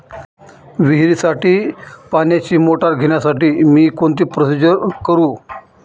विहिरीसाठी पाण्याची मोटर घेण्यासाठी मी कोणती प्रोसिजर करु?